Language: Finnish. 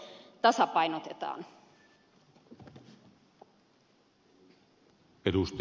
arvoisa herra puhemies